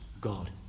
God